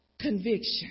Conviction